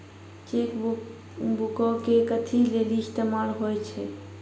Cheque बुको के कथि लेली इस्तेमाल होय छै?